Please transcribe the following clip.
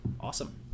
awesome